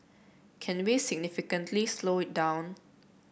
can we significantly slow it down